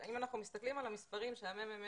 אם אנחנו מתסכלים על המספרים שהממ"מ